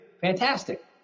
fantastic